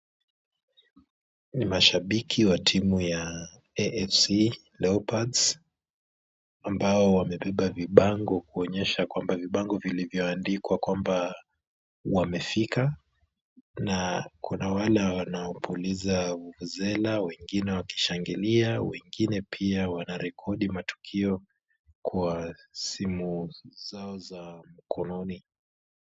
Ni mashabiki watimu ya AFC Leopards ambao wamebeba vibango kuonyesha kwamba, vibango vilivyoandikwa kwamba wamefika, na kuna wale wanaopuliza vuvuzela, wengine wakishangilia, wengine pia wanarekodi matukio kwa simu zao za mkononi.